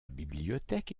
bibliothèque